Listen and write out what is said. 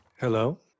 Hello